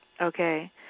okay